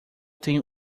tenho